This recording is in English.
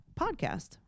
Podcast